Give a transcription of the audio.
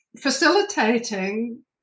facilitating